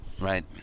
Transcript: Right